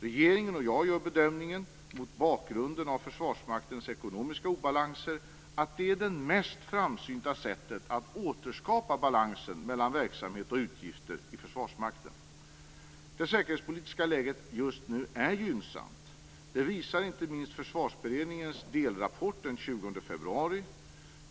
Regeringen och jag gör bedömningen - mot bakgrund av Försvarsmaktens ekonomiska obalanser - att det är det mest framsynta sättet att återskapa balansen mellan verksamhet och utgifter i Försvarsmakten. Det säkerhetspolitiska läget just nu är gynnsamt. Detta visar inte minst försvarsberedningens delrapport från den 20 februari.